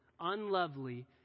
unlovely